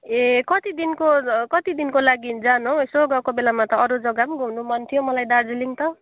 ए कतिदिनको कतिदिनको लागि जानु हो यसो गएको बेलामा त अरू जग्गा पनि घुम्नु मन थियो मलाई दार्जिलिङ त